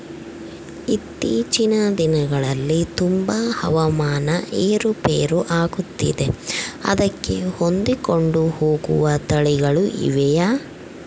ಇತ್ತೇಚಿನ ದಿನಗಳಲ್ಲಿ ತುಂಬಾ ಹವಾಮಾನ ಏರು ಪೇರು ಆಗುತ್ತಿದೆ ಅದಕ್ಕೆ ಹೊಂದಿಕೊಂಡು ಹೋಗುವ ತಳಿಗಳು ಇವೆಯಾ?